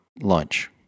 lunch